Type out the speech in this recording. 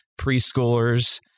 preschoolers